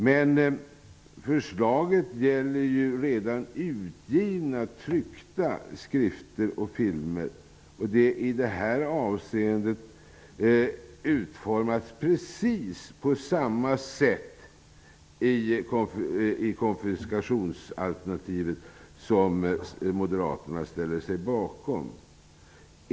Men förslaget gäller ju redan utgivna filmer och skrifter. Förslaget har i detta avseende utformats precis på samma sätt som det konfiskationsalternativ som moderaterna ställer sig bakom.